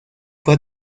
fue